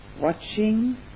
Watching